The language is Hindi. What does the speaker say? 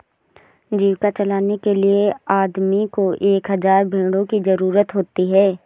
जीविका चलाने के लिए आदमी को एक हज़ार भेड़ों की जरूरत होती है